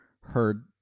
heard